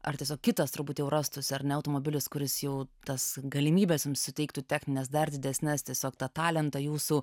ar tiesiog kitas turbūt jau rastųsi ar ne automobilis kuris jau tas galimybes jums suteiktų technines dar didesnes tiesiog tą talentą jūsų